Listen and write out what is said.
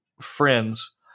friends